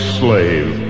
slave